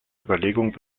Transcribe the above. überlegung